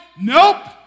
Nope